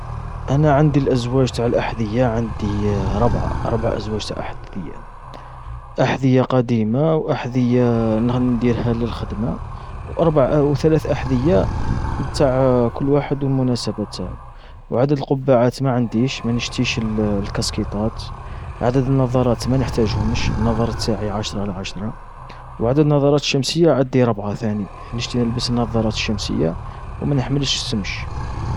انا عندي الازواج تاع الأحذية، عندي ربعة ربع ازواج تا احذية، احذية قديمة و احذية نغ-نديرها للخدمة، و اربع و ثلاث احذية تاع كل واحد و مناسبة تاعو. و عدد القبعات ما عنديش ما نشتيش الكسكيطات، عدد النظارات ما نحتاجهمش، النظر تاعي عشرة على عشرة. وعدد النظارات الشمسية عدي ربعة، ثاني نشتي نلبس النظارات الشمسية و ما نحملش السمش.